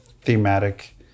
Thematic